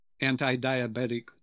anti-diabetic